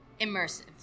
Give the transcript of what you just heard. immersive